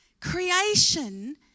Creation